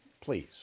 please